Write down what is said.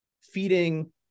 feeding